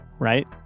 Right